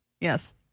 Yes